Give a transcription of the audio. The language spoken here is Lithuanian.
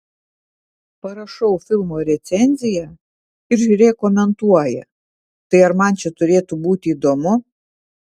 parašau filmo recenziją ir žiūrėk komentuoja tai ar man čia turėtų būti įdomu